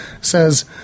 says